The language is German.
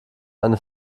eine